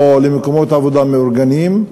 או למקומות עבודה מאורגנים,